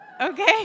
okay